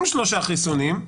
עם שלושה חיסונים,